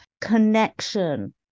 connection